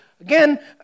Again